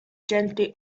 gently